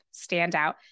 standout